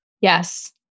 Yes